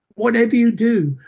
whatever you do,